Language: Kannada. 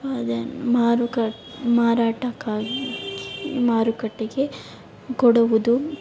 ಅದನ್ನ ಮಾರುಕ ಮಾರಾಟಕ್ಕಾಗಿ ಮಾರುಕಟ್ಟೆಗೆ ಕೊಡುವುದು